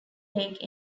lake